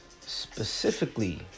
specifically